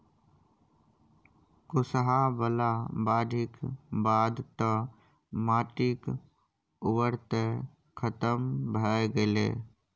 कुसहा बला बाढ़िक बाद तँ माटिक उर्वरते खतम भए गेलै